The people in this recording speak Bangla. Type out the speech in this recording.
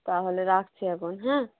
তাহলে রাখছি এখন হ্যাঁ